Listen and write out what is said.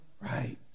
right